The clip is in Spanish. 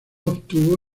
obtuvo